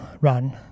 run